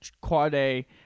quad-A